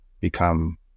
become